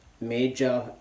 major